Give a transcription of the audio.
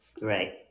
Right